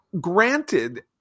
granted